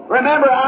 Remember